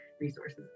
resources